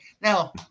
now